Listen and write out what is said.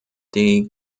dei